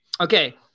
Okay